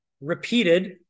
repeated